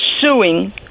suing